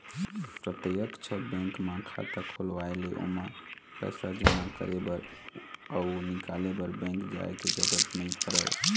प्रत्यक्छ बेंक म खाता खोलवाए ले ओमा पइसा जमा करे बर अउ निकाले बर बेंक जाय के जरूरत नइ परय